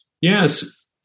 Yes